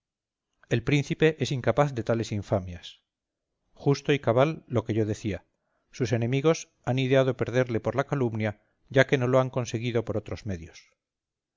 el príncipe es incapaz de tales infamias justo y cabal lo que yo decía sus enemigos han ideado perderle por la calumnia ya que no lo han conseguido por otros medios